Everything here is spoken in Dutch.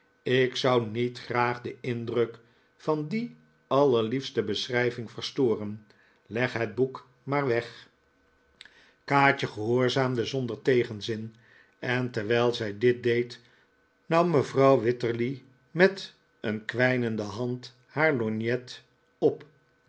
ik zou niet graag den indruk van die allerliefste beschrijving verstoren leg het boek maar weg kaatje gehoorzaamde zonder tegenzin en terwijl zij dit deed nam mevrouw wititterly met een kwijnende hand haar lorgnet op